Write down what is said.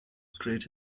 great